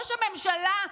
שראש הממשלה,